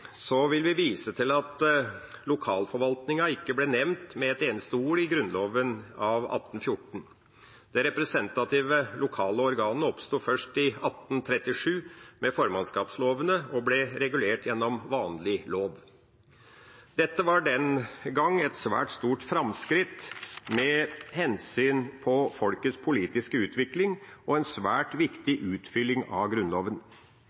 vil vise til at lokalforvaltningen ikke ble nevnt med ett eneste ord i Grunnloven av 1814. De representative, lokale organene oppsto først i 1837 med formannskapslovene og ble regulert gjennom vanlig lov. Dette var den gang et svært stort framskritt med hensyn til folkets politiske utvikling og en svært viktig utfylling av Grunnloven.